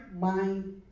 mind